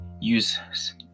use